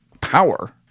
power